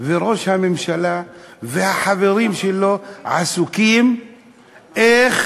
וראש הממשלה והחברים שלו עסוקים איך